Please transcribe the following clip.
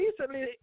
recently